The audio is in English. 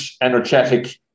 energetic